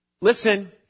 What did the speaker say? Listen